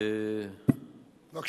עד כאן.